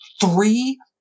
three